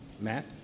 Matt